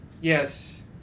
Yes